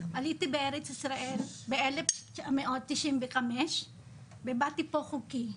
עליתי לארץ ישראל ב-1995 והגעתי לפה באופן חוקי.